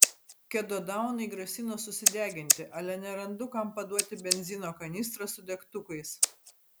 kedodaunai grasino susideginti ale nerandu kam paduoti benzino kanistrą su degtukais